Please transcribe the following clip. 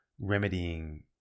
remedying